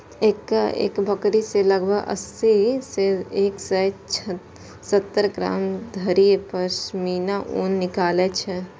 एक बकरी सं लगभग अस्सी सं एक सय सत्तर ग्राम धरि पश्मीना ऊन निकलै छै